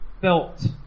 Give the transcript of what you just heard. felt